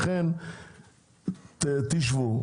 לכן תשבו.